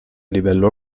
livello